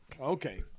Okay